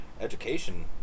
education